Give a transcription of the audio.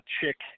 Chick